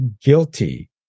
guilty